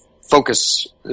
Focus